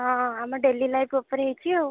ହଁ ଆମ daily life ଉପରେ ହେଇଛି ଆଉ